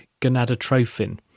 gonadotrophin